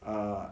ugh